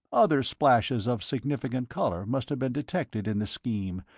other splashes of significant colour must have been detected in the scheme,